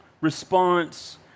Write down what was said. response